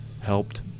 helped